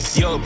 yo